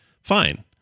fine